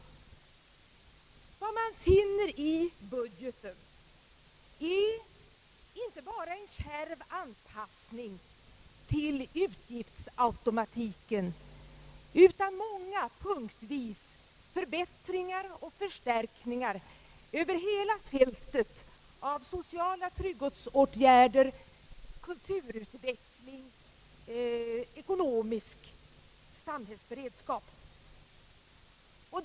Vad man finner i budgeten är inte bara en kärv anpassning till utgiftsautomatiken utan många förbättringar och förstärkningar punktvis över hela fältet av sociala trygghetsåtgärder kulturutveckling och ekonomisk samhällsberedskap.